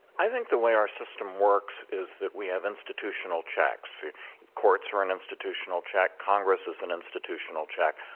i think the way our system works is that we have institutional checks. the courts are an institutional check. congress is an institutional check.